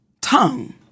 tongue